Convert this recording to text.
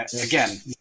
again